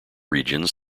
regions